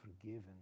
forgiven